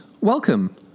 welcome